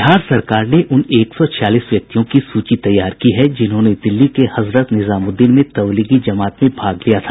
बिहार सरकार ने उन एक सौ छियालीस व्यक्तियों की सूची तैयार की है जिन्होंने दिल्ली के हजरत निजामुद्दीन में तब्लीगी जमात में भाग लिया था